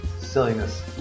Silliness